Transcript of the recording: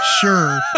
sure